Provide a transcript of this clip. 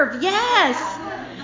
Yes